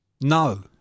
No